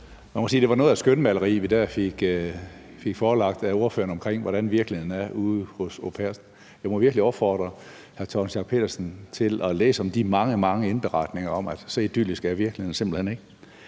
det var noget af et skønmaleri, vi der fik forelagt af ordføreren, af, hvordan virkeligheden er ude hos au pairerne. Jeg må virkelig opfordre hr. Torsten Schack Pedersen til at læse om de mange, mange indberetninger om, at så idyllisk er virkeligheden simpelt hen ikke.